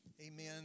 Amen